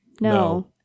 No